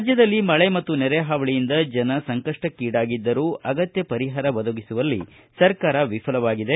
ರಾಜ್ಯದಲ್ಲಿ ಮಳೆ ಮತ್ತು ನೆರೆಹಾವಳಿಯಿಂದ ಜನ ಸಂಕಪ್ಪಕ್ಕೀಡಾಗಿದ್ದರೂ ಅಗತ್ಯ ಪರಿಹಾರ ಒದಗಿಸುವಳ್ಲಿ ಸರ್ಕಾರ ವಿಫಲವಾಗಿದೆ